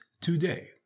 today